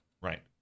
Right